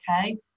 okay